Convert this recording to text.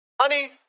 Honey